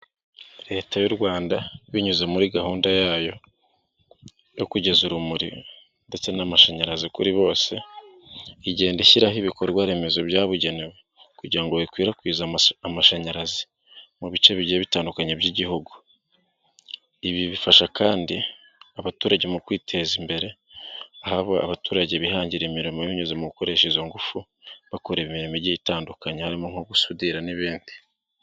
Leta y'u Rwanda binyuze muri gahunda yayo yo kugeza urumuri ndetse n'amashanyarazi kuri bose, igenda ishyiraho ibikorwa remezo byabugenewe ikwira amashanyarazi mu bice by'igihugu. Ibi bifasha kandi abaturage mu kwiteza imbere aha abaturage bihangira imirimo binyuze mu izo ngufu bakora imirimo itandukanye harimo nko gusudira n'ibindi.